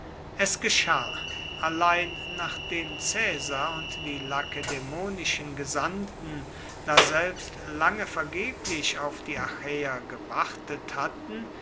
es geschah allein nachdem caesar und die lakedämonischen gesandten daselbst lange vergeblich auf die achäer gewartet hatten